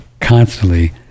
constantly